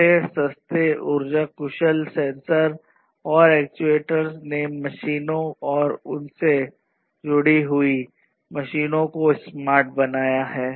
छोटे सस्ते ऊर्जा कुशल सेंसर और एक्ट्यूएटर्स ने मशीनों और उनसे जुड़ी हुई मशीनों को स्मार्ट बनाया है